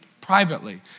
privately